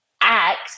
act